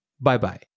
bye-bye